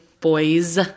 boys